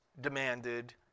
demanded